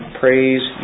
praise